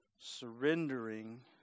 surrendering